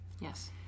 yes